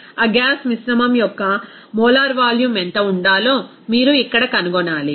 కాబట్టి ఆ గ్యాస్ మిశ్రమం యొక్క మోలార్ వాల్యూమ్ ఎంత ఉండాలో మీరు ఇక్కడ కనుగొనాలి